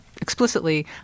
explicitly